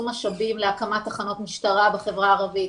משאבים להקמת תחנות משטרה בחברה הערבית,